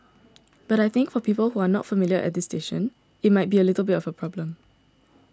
but I think for people who are not familiar at this station it might be a bit of a problem